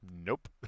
Nope